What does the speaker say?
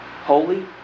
Holy